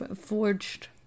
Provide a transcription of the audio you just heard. Forged